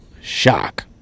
shock